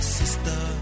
sister